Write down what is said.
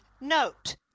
note